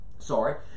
Sorry